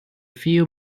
few